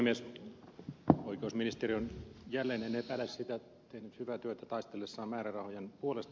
oikeusministeri on jälleen en epäile sitä tehnyt hyvää työtä taistellessaan määrärahojen puolesta